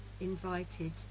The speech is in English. invited